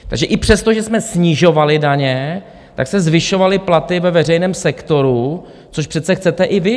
Takže i přestože jsme snižovali daně, tak se zvyšovaly platy ve veřejném sektoru, což přece chcete i vy.